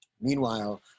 meanwhile